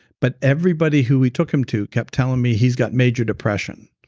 but everybody who we took him to kept telling me he's got major depression,